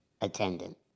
attendant